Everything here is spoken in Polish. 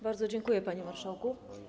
Bardzo dziękuję, panie marszałku.